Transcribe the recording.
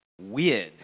weird